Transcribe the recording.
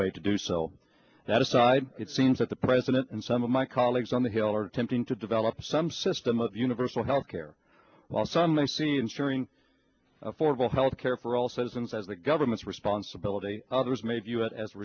way to do so that aside it seems that the president and some of my colleagues on the hill are attempting to develop some system of universal health care while some may see ensuring affordable health care for all citizens as the government's responsibility others made us as a